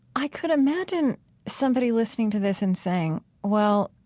i could imagine somebody listening to this and saying, well,